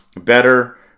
better